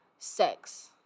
Sex